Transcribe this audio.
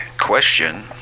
question